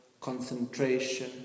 concentration